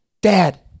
Dad